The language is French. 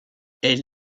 elle